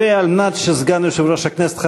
ועל מנת שסגן יושב-ראש הכנסת,